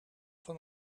van